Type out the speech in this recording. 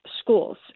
schools